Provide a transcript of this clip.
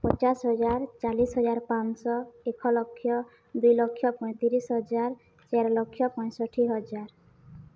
ପଚାଶ ହଜାର ଚାଳିଶ ହଜାର ପାଞ୍ଚଶହ ଏକ ଲକ୍ଷ ଦୁଇ ଲକ୍ଷ ପଇଁତିରିଶ ହଜାର ଚାରି ଲକ୍ଷ ପଞ୍ଚଷଠି ହଜାର